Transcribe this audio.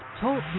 TALK